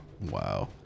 Wow